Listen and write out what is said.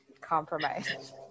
Compromise